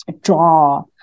draw